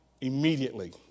immediately